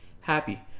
happy